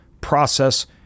process